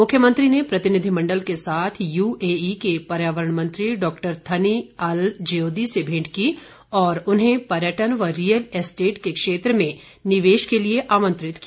मुख्यमंत्री ने प्रतिनिधिमण्डल के साथ यूएई के पर्यावरण मंत्री डॉक्टर थनी अल जियोदी से भेंट की और उन्हें पर्यटन व रियल एस्टेट के क्षेत्र में निवेश के लिए आमंत्रित किया